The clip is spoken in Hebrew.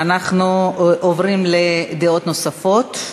אנחנו עוברים לדעות נוספות.